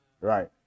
right